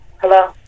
Hello